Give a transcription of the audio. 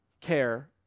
care